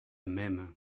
même